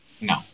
no